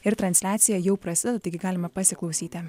ir transliacija jau prasideda taigi galima pasiklausyti